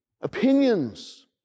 opinions